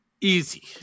Easy